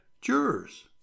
jurors